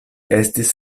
estis